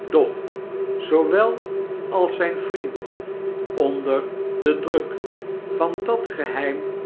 doch zoowel als zfln vriend onder den druk van dat geheim